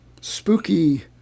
spooky